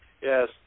Yes